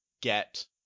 get